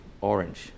orange